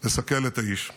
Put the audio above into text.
לסכל את האיש.